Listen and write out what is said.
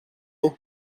aimé